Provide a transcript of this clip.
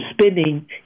spending